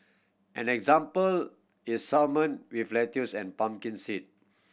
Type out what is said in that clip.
an example is salmon with lettuce and pumpkin seed